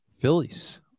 Phillies